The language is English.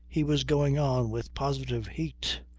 he was going on with positive heat,